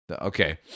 Okay